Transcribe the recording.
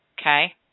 okay